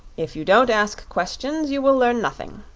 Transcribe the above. if you don't ask questions you will learn nothing.